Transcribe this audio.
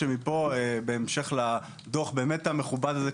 בהמשך לדוח הבאמת מכובד הזה,